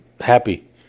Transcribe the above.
Happy